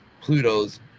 Pluto's